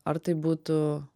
ar tai būtų